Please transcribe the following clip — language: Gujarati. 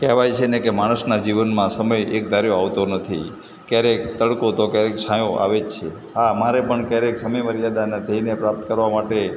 કહેવાય છે ને કે માણસના જીવનમાં સમય એકધાર્યો આવતો નથી ક્યારેક તડકો તો ક્યારેક છાંયો આવે જ છે હા મારે પણ ક્યારેક સમયમર્યાદાના ધ્યેયને પ્રાપ્ત કરવા માટે